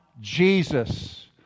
Jesus